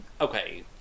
okay